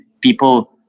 people